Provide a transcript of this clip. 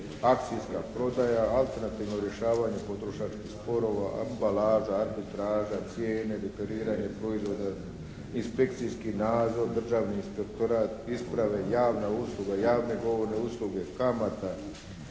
akcijska prodaja, alternativno rješavanje potrošačkih sporova, ambalaža, arbitraža, cijene, deklariranje proizvoda, inspekcijski nadzor, Državni inspektorat, isprave, javna usluga, javne govorne usluge, kamata,